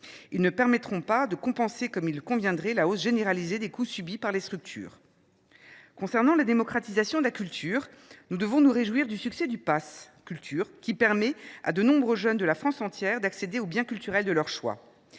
Ils ne permettront pas de compenser comme il conviendrait la hausse généralisée des coûts subie par les structures. En ce qui concerne la démocratisation de la culture, nous devons nous réjouir du succès du pass Culture, qui permet à de nombreux jeunes de la France entière d’accéder aux biens culturels de leur choix.